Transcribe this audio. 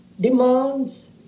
demands